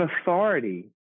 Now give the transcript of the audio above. authority